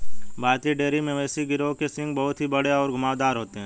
भारतीय डेयरी मवेशी गिरोह के सींग बहुत ही बड़े और घुमावदार होते हैं